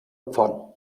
opfern